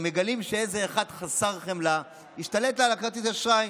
מגלים שאיזה אחד חסר חמלה השתלט על כרטיס האשראי,